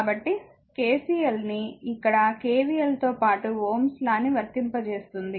కాబట్టి KCLని ఇక్కడ KVL తో పాటు Ω s లా ని వర్తింపజేస్తుంది